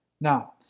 Now